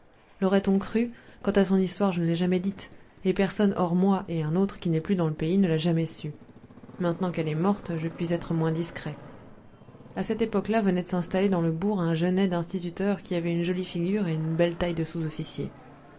laurait on cru quant à son histoire je ne l'ai jamais dite et personne hors moi et un autre qui n'est plus dans le pays ne l'a jamais sue maintenant qu'elle est morte je puis être moins discret a cette époque-là venait de s'installer dans le bourg un jeune aide instituteur qui avait une jolie figure et une belle taille de sous-officier